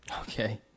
Okay